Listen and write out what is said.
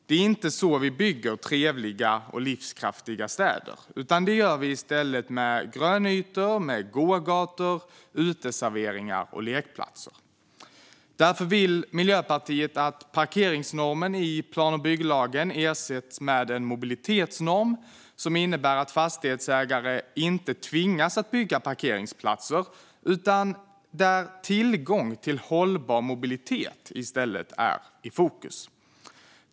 Det är inte så vi bygger trevliga och livskraftiga städer. Det gör vi i stället med grönytor, gågator, uteserveringar och lekplatser. Därför vill Miljöpartiet att parkeringsnormen i plan och bygglagen ersätts med en mobilitetsnorm, som innebär att fastighetsägare inte tvingas att bygga parkeringsplatser utan att tillgång till hållbar mobilitet i stället är i fokus.